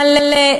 מלא,